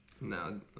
no